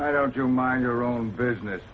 i don't you mind your own business